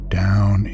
down